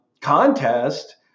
contest